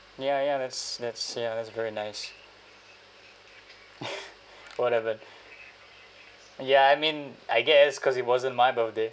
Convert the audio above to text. ya ya that's that's ya that's very nice whatever ya I mean I guess because it wasn't my birthday